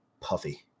puffy